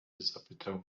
zapytał